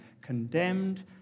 condemned